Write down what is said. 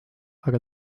aga